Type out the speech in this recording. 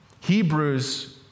Hebrews